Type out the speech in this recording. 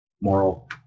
moral